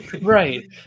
Right